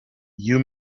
you